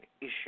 issue